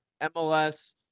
MLS